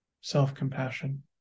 self-compassion